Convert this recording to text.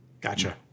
Gotcha